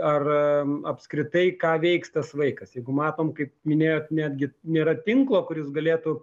ar apskritai ką veiks tas vaikas jeigu matom kaip minėjot netgi nėra tinklo kuris galėtų